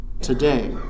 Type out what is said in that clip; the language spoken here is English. today